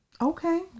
Okay